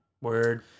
Word